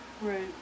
Right